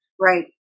Right